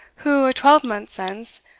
who, a twelvemonth since,